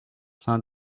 saint